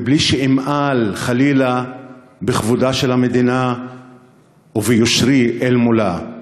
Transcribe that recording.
בלי שאמעל חלילה בכבודה של המדינה וביושרי אל מולה.